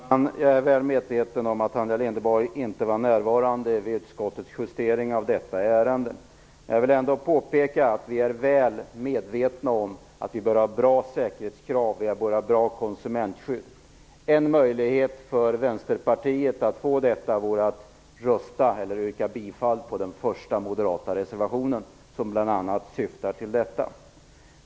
Herr talman! Jag är väl medveten om att Tanja Linderborg inte var närvarande vid utskottets justering av detta ärende. Jag vill ändock påpeka att vi är väl medvetna om att vi bör ha bra säkerhetskrav och bra konsumentskydd. En möjlighet för Vänsterpartiet att få detta vore att rösta för eller yrka bifall till den första moderata reservationen. som bl.a. syftar till detta.